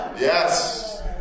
Yes